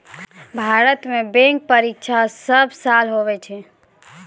भारत मे बैंक परीक्षा सब साल हुवै छै